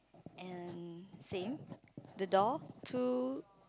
and same the door two